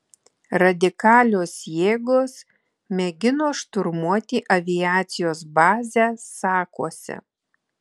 radikalios jėgos mėgino šturmuoti aviacijos bazę sakuose